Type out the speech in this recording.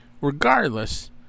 Regardless